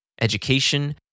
education